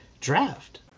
draft